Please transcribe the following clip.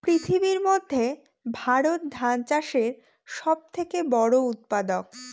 পৃথিবীর মধ্যে ভারত ধান চাষের সব থেকে বড়ো উৎপাদক